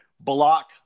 Block